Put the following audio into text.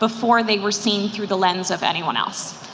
before they were seen through the lens of anyone else.